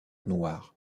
noire